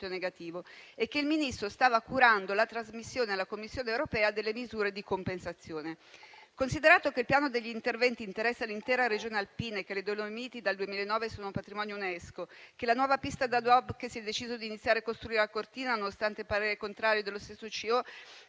negativo, e che il Ministro stava curando la trasmissione alla Commissione europea delle misure di compensazione. Va considerato che il piano degli interventi interessa l'intera regione alpina; che le Dolomiti dal 2009 sono patrimonio Unesco; che la nuova pista da bob, che si è deciso di iniziare a costruire a Cortina nonostante il parere contrario dello stesso CIO,